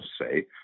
say